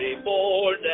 born